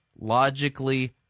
logically